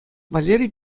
валерий